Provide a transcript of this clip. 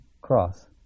cross